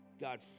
God